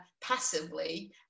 passively